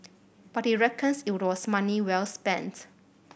but he reckons it was money well spent